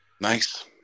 Nice